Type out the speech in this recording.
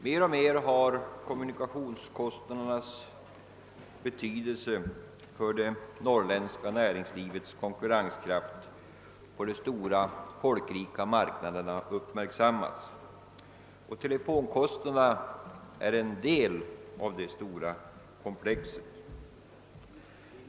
Mer och mer har kommunikationskostnadernas betydelse för det norrländska näringslivets konkurrenskraft på de stora folkrika marknaderna uppmärksammats, och telefonkostnaderna är en del av det stora komplexet.